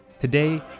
Today